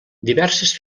diverses